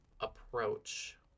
approach